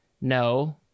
No